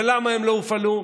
ולמה הם לא הופעלו,